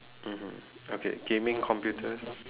mmhmm okay gaming computers